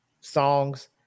songs